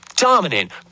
Dominant